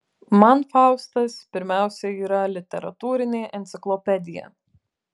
man faustas pirmiausia yra literatūrinė enciklopedija